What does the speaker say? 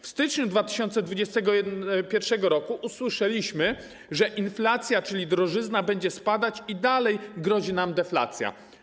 W styczniu 2021 r. usłyszeliśmy, że inflacja, czyli drożyzna, będzie spadać i dalej grozi nam deflacja.